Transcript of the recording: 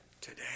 today